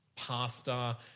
Pasta